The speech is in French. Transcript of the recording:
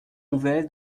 nouvelles